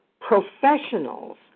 professionals